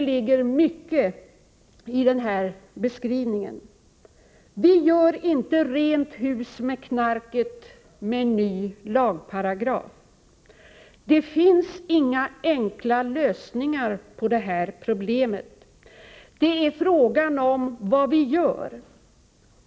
ligger mycket i denna beskrivning. Vi gör inte ”rent hus” med knarket genom en ny lagparagraf. Det finns inga enkla lösningar på narkotikaproblemet. Det är fråga om vad vi gör.